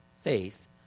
faith